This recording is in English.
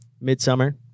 Midsummer